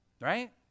right